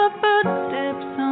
footsteps